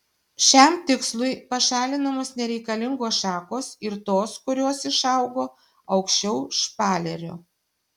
šiam tikslui pašalinamos nereikalingos šakos ir tos kurios išaugo aukščiau špalerio